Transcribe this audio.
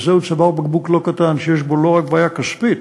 וזהו צוואר בקבוק לא קטן שיש בו לא רק בעיה כספית.